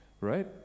Right